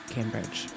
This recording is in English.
Cambridge